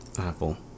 Apple